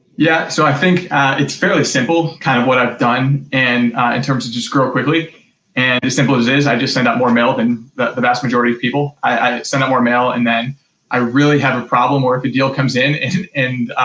yeah, so i think it's fairly simple, kind of what i've done, and in terms of just growing quickly, and as simple as it is, i just sent out more mail than the vast majority of people. i sent out more mail and then i really have a problem where if a deal comes in and,